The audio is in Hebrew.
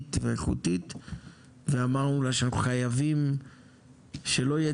רצינית ואיכותית אמרנו לה שאנחנו חייבים שלא יהיה